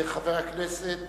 חבר הכנסת